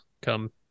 come